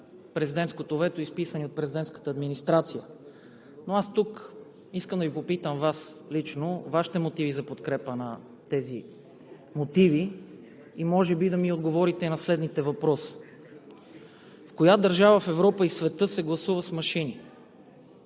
президентското вето, изписани от президентската администрация. Но тук искам да Ви попитам лично – Вашите мотиви за подкрепа на тези мотиви. Може би да ми отговорите и на следните въпроси: в коя държава в Европа и в света се гласува с машини?